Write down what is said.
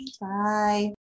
Bye